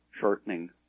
shortening